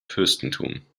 fürstentum